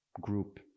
group